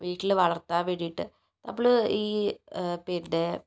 വീട്ടിൽ വളർത്താൻ വേണ്ടിയിട്ട് നമ്മൾ ഈ പിന്നെ